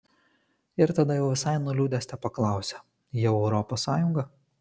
ir tada jau visai nuliūdęs tepaklausia jau europos sąjunga